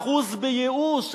אחוז בייאוש.